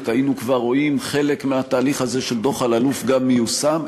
היינו כבר רואים חלק מהתהליך הזה של דוח אלאלוף גם מיושם,